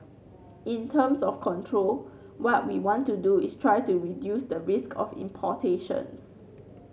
in terms of control what we want to do is try to reduce the risk of importations